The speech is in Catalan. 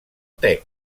tec